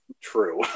true